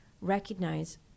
recognize